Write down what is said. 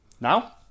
Now